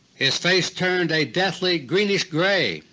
his face turned a deathly greenish-gray,